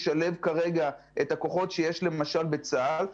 לשלב כרגע את הכוחות שיש כרגע בצה"ל למשל,